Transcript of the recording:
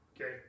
okay